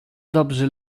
dobrzy